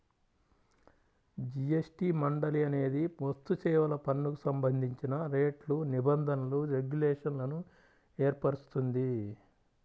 GST మండలి అనేది వస్తుసేవల పన్నుకు సంబంధించిన రేట్లు, నిబంధనలు, రెగ్యులేషన్లను ఏర్పరుస్తుంది